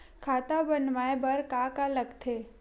खाता बनवाय बर का का लगथे?